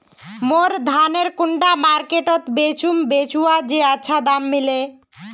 मोर धानेर कुंडा मार्केट त बेचुम बेचुम जे अच्छा दाम मिले?